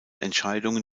entscheidungen